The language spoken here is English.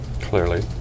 Clearly